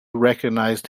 recognized